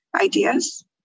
ideas